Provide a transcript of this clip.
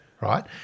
Right